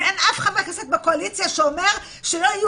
ואין אף חבר כנסת בקואליציה שאומר שלא יהיו